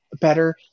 better